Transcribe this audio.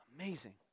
Amazing